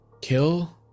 kill